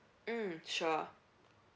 mm sure